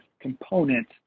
components